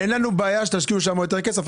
אין לנו בעיה שתשקיעו שם יותר כסף,